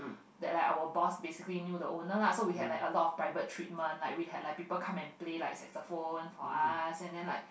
that like our boss basically knew the owner lah so we had like a lot of private treatment like we had like people come and play saxaphone for us and then like